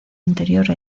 interior